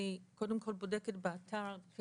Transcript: אני קודם כל בודקת באתר של העסק,